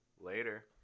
Later